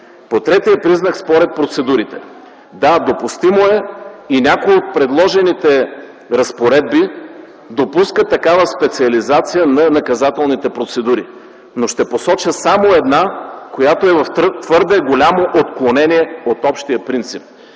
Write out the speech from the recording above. По третия признак според процедурите. Да, допустимо е. Някои от предложените разпоредби допускат такава специализация на наказателните процедури, ще посоча само една, която е в твърде голямо отклонение от общия принцип.